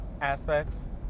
aspects